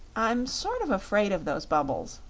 i'm sort of fraid of those bubbles.